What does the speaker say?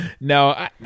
No